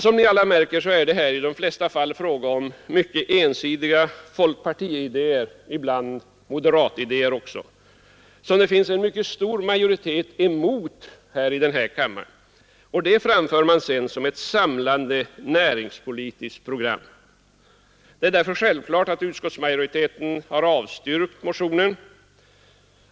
Som ni alla märker är det i de flesta fall fråga om ensidiga folkpartiidéer — och ibland om moderatidéer — som det finns en mycket stor majoritet emot här i riksdagen. Detta framför man sedan som ett samlande näringspolitiskt program! Det är därför självklart att utskottsmajoriteten har avstyrkt motionen.